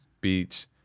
beach